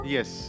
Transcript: Yes